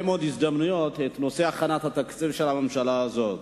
מאוד הזדמנויות בהכנת התקציב של הממשלה הזאת.